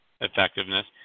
effectiveness